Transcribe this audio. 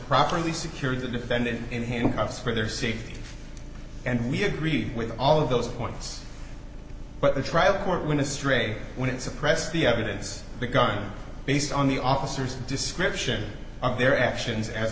properly secured the defendant in handcuffs for their safety and we agreed with all of those points but the trial court when astray when suppressed the evidence begun based on the officers description of their actions a